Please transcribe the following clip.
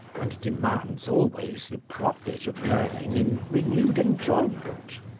and demands always the profit of learning in renewed enjoyment.